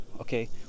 okay